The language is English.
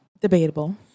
debatable